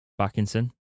Backinson